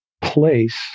place